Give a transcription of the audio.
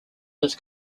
his